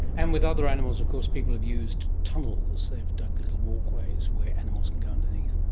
and with other animals of course people have used tunnels, they've dug little walkways where animals can go underneath.